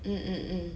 mm mm mm